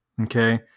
Okay